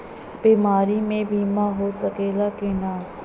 बीमारी मे बीमा हो सकेला कि ना?